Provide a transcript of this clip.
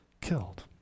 killed